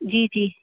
जी जी